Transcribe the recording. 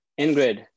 Ingrid